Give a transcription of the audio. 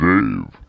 Dave